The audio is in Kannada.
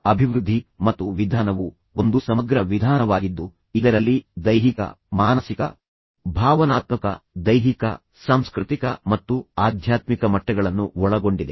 ಅಭಿವೃದ್ಧಿ ಮತ್ತು ವಿಧಾನವು ಒಂದು ಸಮಗ್ರ ವಿಧಾನವಾಗಿದ್ದು ಇದರಲ್ಲಿ ದೈಹಿಕ ಮಾನಸಿಕ ಭಾವನಾತ್ಮಕ ದೈಹಿಕ ಸಾಂಸ್ಕೃತಿಕ ಮತ್ತು ಆಧ್ಯಾತ್ಮಿಕ ಮಟ್ಟಗಳನ್ನು ಒಳಗೊಂಡಿದೆ